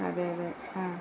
അതെയതെ